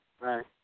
Right